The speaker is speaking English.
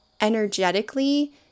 energetically